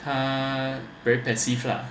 他 very passive lah